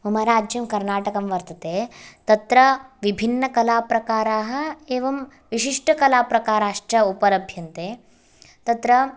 मम राज्यं कर्नाटकं वर्तते तत्र विभिन्नकलाप्रकाराः एवं विशिष्टकलाप्रकाराश्च उपलभ्यन्ते तत्र